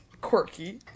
quirky